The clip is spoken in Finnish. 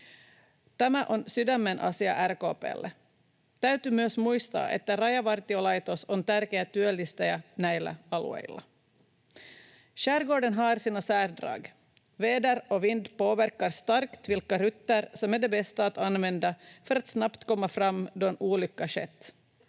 Tämä on sydämen asia RKP:lle. Täytyy myös muistaa, että Rajavartiolaitos on tärkeä työllistäjä näillä alueilla. Skärgården har sina särdrag. Väder och vind påverkar starkt vilka rutter som är de bästa att använda för att snabbt komma fram då en olycka skett.